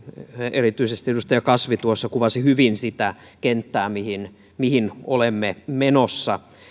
erityisesti edustaja kasvi tuossa kuvasi hyvin sitä kenttää mihin mihin olemme menossa